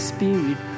Spirit